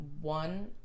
one